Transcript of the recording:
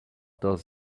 does